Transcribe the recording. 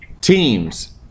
teams